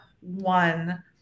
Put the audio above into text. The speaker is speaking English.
one